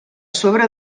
sobre